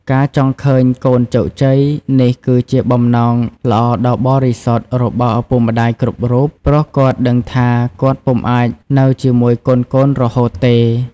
ការចង់ឃើញកូនជោគជ័យ នេះគឺជា បំណងល្អដ៏បរិសុទ្ធ របស់ឪពុកម្ដាយគ្រប់រូប ព្រោះគាត់ដឹងថា គាត់ពុំអាចនៅជាមួយកូនៗរហូតទេ។